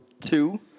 two